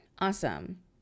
Awesome